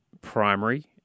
primary